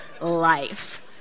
life